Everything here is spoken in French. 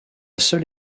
seule